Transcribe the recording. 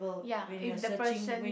ya if the person